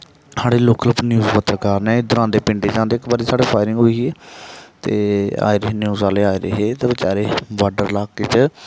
साढ़े local news पत्रकार न इद्धर आंदे पिंडें च आंदे इक बारी साढ़े फायरिंग होई ही ते आए दे हे न्यूज आह्ले आए दे हे ते बचारे बार्डर इलाके च